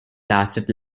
lasted